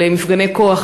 על מפגני כוח,